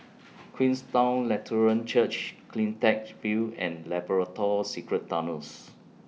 Queenstown Lutheran Church CleanTech View and Labrador Secret Tunnels